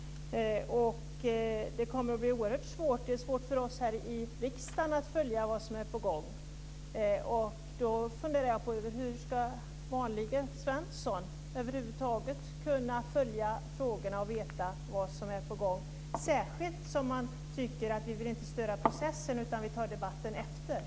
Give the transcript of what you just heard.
Det är svårt för oss här i riksdagen att följa vad som är på gång. Och då funderar jag på hur vanliga Svenssons över huvud taget ska kunna följa frågorna och veta vad som är på gång, särskilt som man tycker att man inte vill störa processen utan kan föra debatten efteråt.